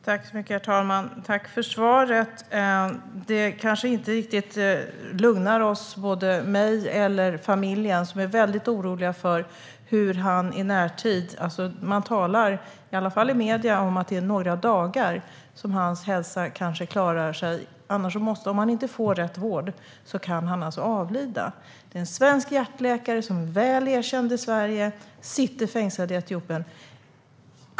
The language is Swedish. Herr talman! Tack för svaret! Det kanske inte riktigt lugnar mig eller familjen, som är väldigt oroliga i närtid. Man talar i varje fall i medierna om att det handlar om några dagar som hans hälsa kanske klarar sig. Om han inte får rätt vård kan han avlida. Det är en svensk hjärtläkare som är väl erkänd i Sverige som sitter fängslad i Etiopien.